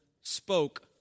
spoke